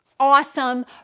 awesome